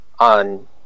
On